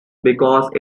because